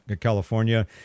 California